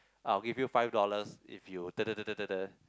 I will give you five dollars if you da da da da da